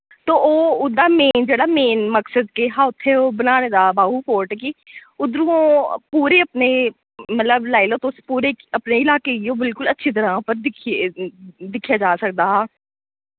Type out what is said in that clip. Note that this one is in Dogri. तो ओ उ'दा मेन जेह्ड़ा मेन मकसद केह् हा उत्थे ओ बनाने दा बाहु फोर्ट कि उद्दरुओं पुरे अपने मतलब लाई लाओ तुस पुरे अपने इलाके गी ओह् बिलकुल अच्छी तरह पर दिक्खिये दिक्खेया जा सकदा हा